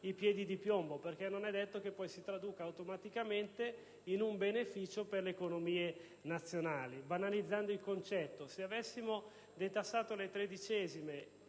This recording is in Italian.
i piedi di piombo, perché non è detto che ciò poi si traduca automaticamente in un beneficio per le economie nazionali. Banalizzando il concetto, se avessimo detassato le tredicesime